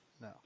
No